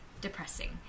Depressing